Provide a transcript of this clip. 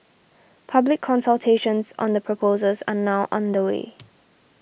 public consultations on the proposals are now underway